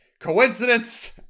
Coincidence